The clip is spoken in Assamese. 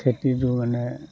খেতিটো মানে